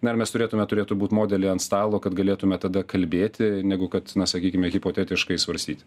na ir mes turėtume turėtų būt modelį ant stalo kad galėtume tada kalbėti negu kad na sakykime hipotetiškai svarstyti